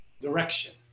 direction